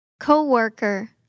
Co-worker